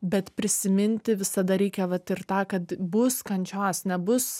bet prisiminti visada reikia vat ir tą kad bus kančios nebus